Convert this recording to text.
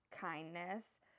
kindness